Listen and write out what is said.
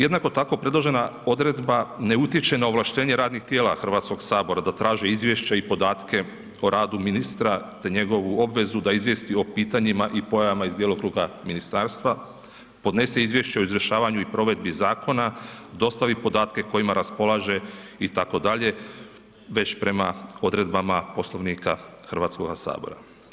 Jednako tako predložena odredba na utječe na ovlaštenje radnih tijela Hrvatskog sabora da traže izvješća i podatke o radu ministra te njegovu obvezu da izvijesti o pitanjima i pojavama iz djelokruga ministarstva, podnese izvješće o izvršavanju i provedbi zakona, dostavi podatke kojima raspolaže itd., već prema odredbama Poslovnika Hrvatskoga sabora.